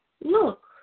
look